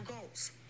goals